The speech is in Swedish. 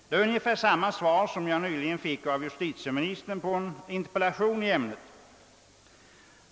Det är ungefär samma svar som jag nyligen fick av justitieministern på en interpellation i ämnet.